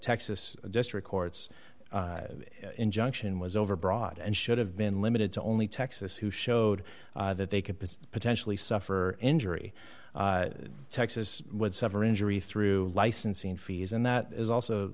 texas district court's injunction was overbroad and should have been limited to only texas who showed that they could potentially suffer injury texas would sever injury through licensing fees and that is also